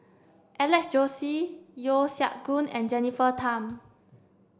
Alex Josey Yeo Siak Goon and Jennifer Tham